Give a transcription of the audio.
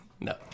No